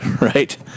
right